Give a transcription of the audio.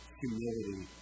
humility